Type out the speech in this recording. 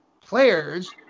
players